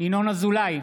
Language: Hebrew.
ינון אזולאי,